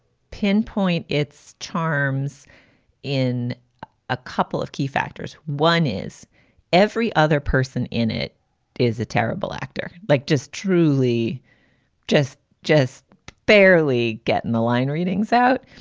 pinpoint its charms in a couple of key factors. one is every other person in it is a terrible actor, like just truly just just barely getting the line readings out.